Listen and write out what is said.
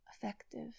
effective